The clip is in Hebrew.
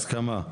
ההסכמה.